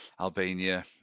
Albania